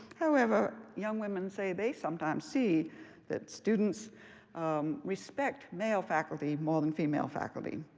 however, young women say they sometimes see that students respect male faculty more than female faculty.